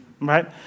right